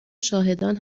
شاهدان